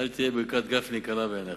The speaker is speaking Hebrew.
אל תהיה ברכת גפני קלה בעיניך.